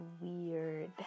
weird